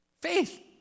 Faith